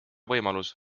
võimalus